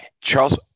Charles